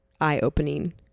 eye-opening